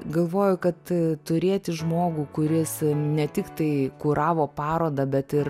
galvoju kad turėti žmogų kuris ne tiktai kuravo parodą bet ir